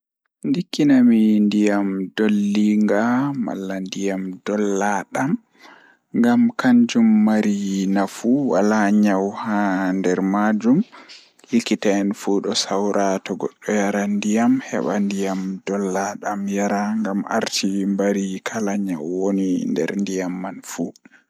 Ndikkina mi mi yara ndiyam kwalba, Ngam kanjum do buri nafu haa bandu bii aaddamaajo, amma ndiyam pampo wala ko beddata haa bandu bii adamaajo illa nyaw jei wawata nawna goddo gooto ha duniyaaru.